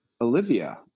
Olivia